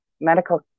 medical